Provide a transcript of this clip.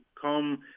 come